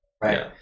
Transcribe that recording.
Right